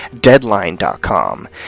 Deadline.com